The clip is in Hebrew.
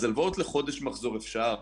הלוואות לחודש מחזור אפשר,